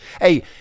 Hey